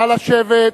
נא לשבת.